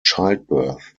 childbirth